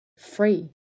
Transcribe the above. Free